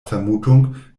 vermutung